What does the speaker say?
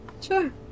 sure